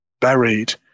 buried